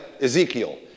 Ezekiel